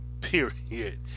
period